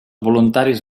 voluntaris